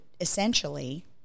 essentially